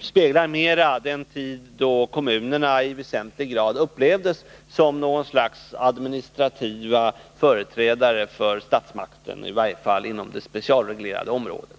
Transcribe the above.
speglar mera den tid då kommunerna i väsentlig grad upplevdes som ett slags administrativa företrädare för statsmakten, i varje fall inom det specialreglerade området.